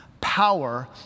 power